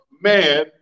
man